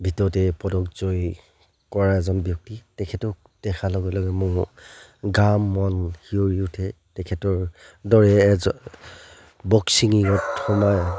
ভিতৰতে পদকজয়ী কৰা এজন ব্যক্তি তেখেতক দেখা লগে লগে মোৰ গা মন সিঁয়ৰি উঠে তেখেতৰ দৰে এজন বক্সিঙৰিঙত সোমায়